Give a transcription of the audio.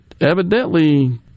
evidently